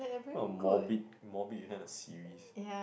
what a morbid morbid you kind of series